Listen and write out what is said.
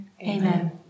Amen